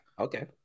Okay